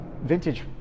vintage